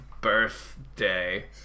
birthday